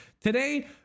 Today